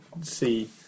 see